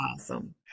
awesome